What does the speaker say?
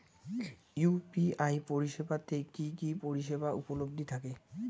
UPI পরিষেবা তে কি কি পরিষেবা উপলব্ধি থাকে?